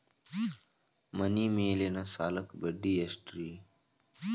ಮನಿ ಮೇಲಿನ ಸಾಲಕ್ಕ ಬಡ್ಡಿ ಎಷ್ಟ್ರಿ?